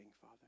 Father